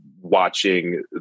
watching